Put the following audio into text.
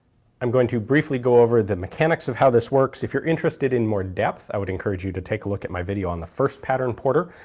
i'm going to briefly go over the mechanics of how this works if you're interested in more depth, i would encourage you to take a look at my video on the first pattern porter,